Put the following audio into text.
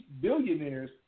billionaires